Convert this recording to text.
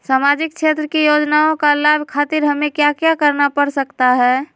सामाजिक क्षेत्र की योजनाओं का लाभ खातिर हमें क्या क्या करना पड़ सकता है?